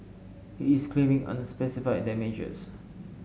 he is claiming unspecified damages